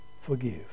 forgive